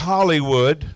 Hollywood